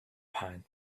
pine